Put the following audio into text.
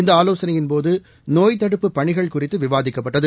இந்த ஆலோசனையின்போது நோய் தடுப்புப் பணிகள் குறித்து விவாதிக்கப்பட்டது